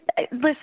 listen